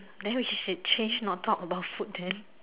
then we should change not talk about food then